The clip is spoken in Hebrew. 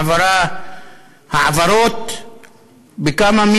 העברות בכמה,